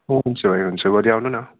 हुन्छ भाइ हुन्छ भोलि आउनुहोस् न